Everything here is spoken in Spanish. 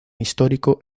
histórico